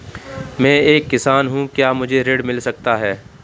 मैं एक किसान हूँ क्या मुझे ऋण मिल सकता है?